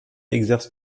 exerce